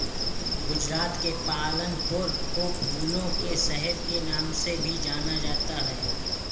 गुजरात के पालनपुर को फूलों के शहर के नाम से भी जाना जाता है